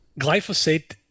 Glyphosate